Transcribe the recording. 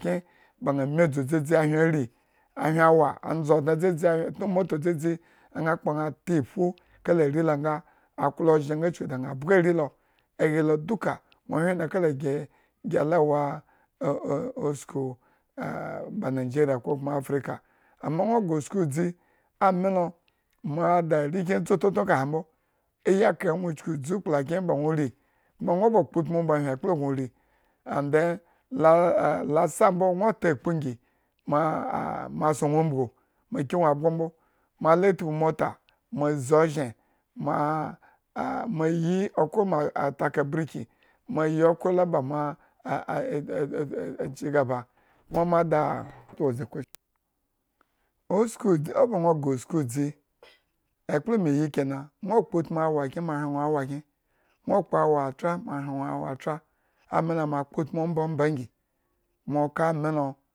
kyen bana mii adzu dzadzi ahyen riahwen awa ndzi odne. dzadzi atno amatu dzudzi ana kpo nga ata ephu kala are nga aklo ozhen nga chuku dana bga are lo ohe lo duka nwo hwen lo kala gi ala wo usku ba nigeria kokuma africa ambo nwo gre usku aame la moa da arekyen dzu to tno ekahembo ayikre no chuku idzu kpo akplakyen ba ba no uri kuma no ba kpo utmu no ba hyanekpla ba no ba ri ombanaa and then la sa na ta akpu ngi ma ah sun no umbugu ma kino abgo mbo. moa la tpu mota azi ozhen ma ayi okhro ma ataka birki mayi okhro la ba ma a chiga ba nga ada ma da azhiqui owo ba no gre usku edzi ekpla me yi kena owo ba no kpo utmu awa kyenm oa hre no owo ba nokpo utmu awa atra ami lo ma kpo utmu omba omba ngi